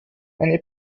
eine